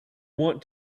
want